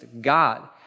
God